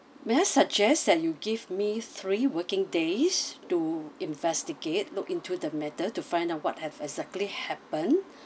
may I suggest that you give me three working days to investigate look into the matter to find out what have exactly happen